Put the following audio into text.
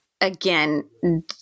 again